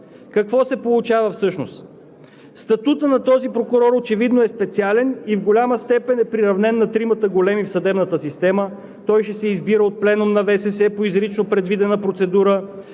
Какво се получава всъщност? Статутът на този прокурор очевидно е специален и в голяма степен е приравнен на тримата големи в съдебната система. Той ще се избира от пленум на ВСС по изрично предвидена процедура,